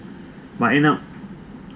but end up